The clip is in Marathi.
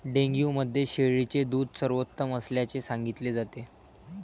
डेंग्यू मध्ये शेळीचे दूध सर्वोत्तम असल्याचे सांगितले जाते